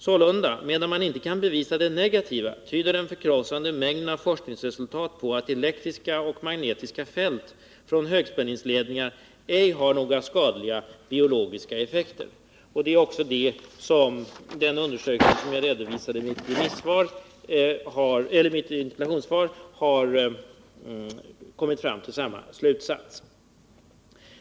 Sålunda, medan man inte kan bevisa det negativa —-—-—- tyder den förkrossande mängden av forskningsresultat på att elektriska och magnetiska fält från högspänningsledningar ej har några skadliga biologiska effekter.” I den undersökning som jag redovisade i mitt interpellationssvar har man kommit fram till samma slutsats.